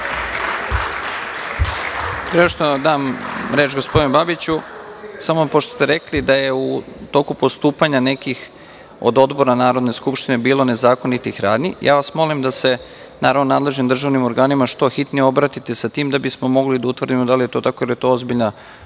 nego što dam reč gospodinu Babiću, pošto ste rekli da je u toku postupanja nekih od odbora Narodne skupštine bilo nezakonitih radnji, molim vas da se nadležnim državnim organima što hitnije obratite sa tim, da bismo mogli da utvrdimo da li je to tako, jer je to ozbiljna